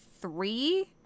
three